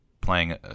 playing